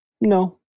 No